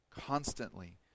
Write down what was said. constantly